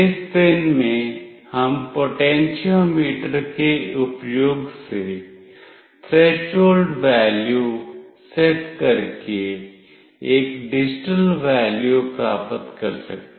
इस पिन में हम पोटेंशियोमीटर के उपयोग से थ्रेसहोल्ड वैल्यू सेट करके एक डिजिटल वैल्यू प्राप्त कर सकते हैं